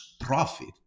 profit